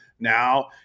now